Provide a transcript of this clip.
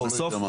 או לא יודע מה.